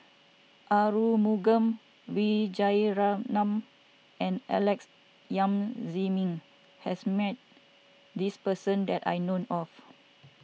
Arumugam Vijiaratnam and Alex Yam Ziming has met this person that I known of